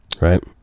right